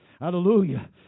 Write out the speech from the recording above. Hallelujah